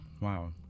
wow